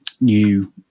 new